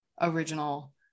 original